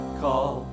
call